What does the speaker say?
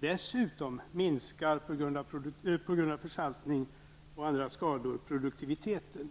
Dessutom minskar på grund av försaltning och andra skador produktiviteten.